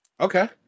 Okay